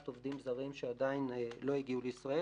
עובדים זרים שעדיין לא הגיעו לישראל,